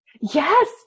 Yes